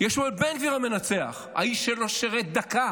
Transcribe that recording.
יש פה את בן גביר המנצח, האיש שלא שירת דקה